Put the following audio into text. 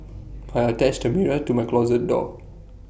I attached A mirror to my closet door